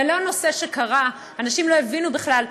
זה לא נושא שקרה, אנשים לא הבינו בכלל.